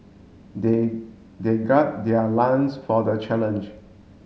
they they gird their lions for the challenge